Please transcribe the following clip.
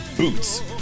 Boots